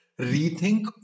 rethink